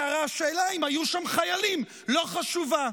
כי השאלה אם היו שם חיילים לא חשובה.